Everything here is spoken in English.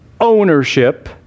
ownership